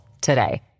today